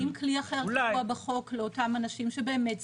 אבל אם כלי קבוע בחוק לאותם אנשים שבאמת זקוקים,